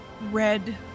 red